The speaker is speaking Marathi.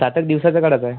सात आठ दिवसाचं काढायचं आहे